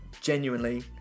genuinely